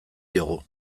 diogu